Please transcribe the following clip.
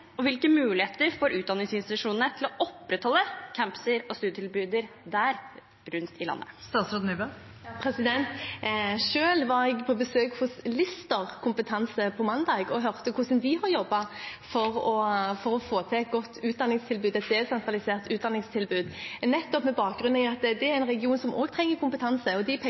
Og hvilke muligheter får utdanningsinstitusjonene til å opprettholde campuser og studietilbud rundt i landet? Selv var jeg på besøk hos Lister Kompetanse på mandag og hørte hvordan de har jobbet for å få til et godt desentralisert utdanningstilbud, nettopp med bakgrunn i at det er en region som også trenger kompetanse. De pekte spesielt på sykepleiere og ønsker å utdanne de